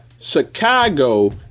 Chicago